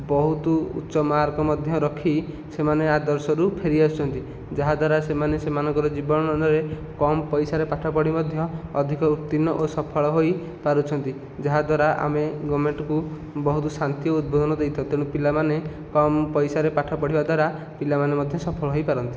ବହୁତ ଉଚ୍ଚ ମାର୍କ ମଧ୍ୟ ରଖି ସେମାନେ ଆଦର୍ଶରୁ ଫେରି ଆସିଛନ୍ତି ଯାହାଦ୍ଵାରା ସେମାନେ ସେମାନଙ୍କ ଜୀବନରେ କମ୍ ପଇସାରେ ପାଠ ପଢ଼ି ମଧ୍ୟ ଅଧିକ ଉତ୍ତୀର୍ଣ୍ଣ ଓ ସଫଳ ହୋଇପାରୁଛନ୍ତି ଯାହାଦ୍ଵାରା ଆମେ ଗଭର୍ଣ୍ଣମେଣ୍ଟକୁ ବହୁତ ଶାନ୍ତି ଉଦ୍ବୋଧନ ଦେଇଥାଉ ତେଣୁ ପିଲାମାନେ କମ୍ ପଇସାରେ ପାଠ ପଢ଼ିବା ଦ୍ଵାରା ପିଲାମାନେ ମଧ୍ୟ ସଫଳ ହୋଇପାରନ୍ତି